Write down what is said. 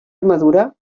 armadura